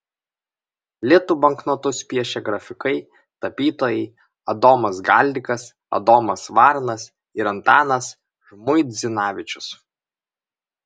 litų banknotus piešė grafikai tapytojai adomas galdikas adomas varnas ir antanas žmuidzinavičius